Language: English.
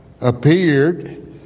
appeared